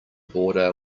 border